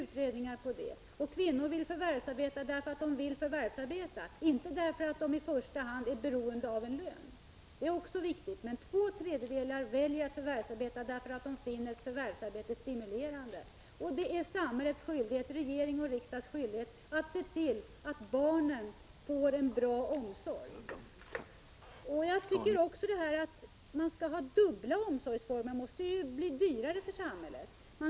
4 december 1985 Kvinnor vill förvärvsarbeta därför att de vill ha ett arbete utom hemmet - inte i första hand därför att de är beroende av en lön. Det är också viktigt, men två tredjedelar väljer att förvärvsarbeta därför att de finner förvärvsarbetet stimulerande. Och det är samhällets — regeringens och riksdagens — skyldighet att se till att barnen får en bra barnomsorg. Dubbla omsorgsformer måste bli dyrare för samhället än en omsorgsform.